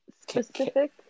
Specific